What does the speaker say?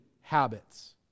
habits